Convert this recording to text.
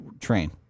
train